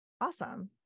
Awesome